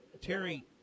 Terry